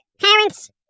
parents